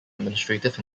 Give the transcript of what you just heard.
administrative